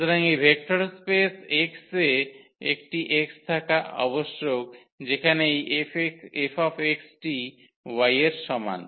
সুতরাং এই vector space X এ একটি x থাকা আবশ্যক যেখানে এই Fx টি y এর সমান